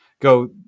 go